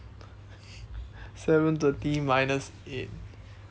seven thirty minus eight